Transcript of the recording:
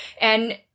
And-